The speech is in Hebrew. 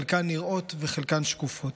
שחלקן נראות וחלקן שקופות.